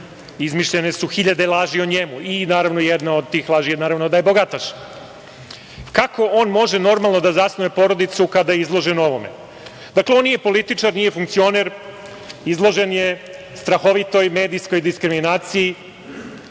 izmišljeno je hiljade laži o njemu? Naravno, jedna od tih laži je naravno da je bogataš. Kako on može normalno da zasnuje porodicu kada je izložen ovome? On nije političar, nije funkcioner, izložen je strahovitoj medijskoj diskriminaciji